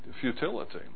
futility